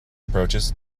approaches